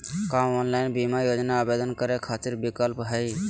का ऑनलाइन बीमा योजना आवेदन करै खातिर विक्लप हई?